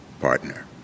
partner